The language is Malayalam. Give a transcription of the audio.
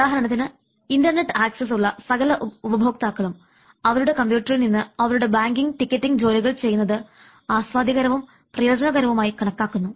ഉദാഹരണത്തിന് ഇൻറർനെറ്റ് ആക്സസ് ഉള്ള പല ഉപഭോക്താക്കളും അവരുടെ കമ്പ്യൂട്ടറിൽ നിന്ന് അവരുടെ ബാങ്കിംഗ് ടിക്കറ്റിംഗ് ജോലികൾ ചെയ്യുന്നത് ആസ്വാദ്യകരവും പ്രയോജനകരവുമായി കണക്കാക്കുന്നു